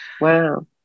Wow